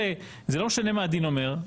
זה לא משנה מה הדין אומר,